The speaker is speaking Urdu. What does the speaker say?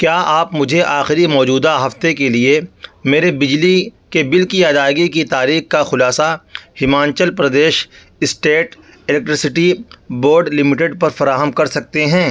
کیا آپ مجھے آخری موجودہ ہفتے کے لیے میرے بجلی کے بل کی ادائیگی کی تاریک کا خلاصہ Himachal Pradesh state electricity board limited پر فراہم کر سکتے ہیں